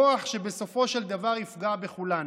כוח שבסופו של דבר יפגע בכולנו.